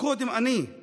קודם אני /